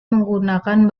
menggunakan